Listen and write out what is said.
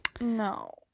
no